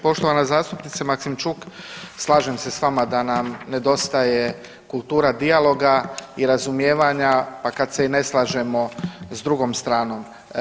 Poštovana zastupnice Maksimčuk slažem se s vama da nam nedostaje kultura dijaloga i razumijevanja pa kad se i ne slažemo s drugom stranom.